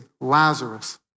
Lazarus